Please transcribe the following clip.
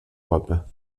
robes